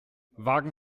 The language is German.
wagen